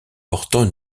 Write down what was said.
portant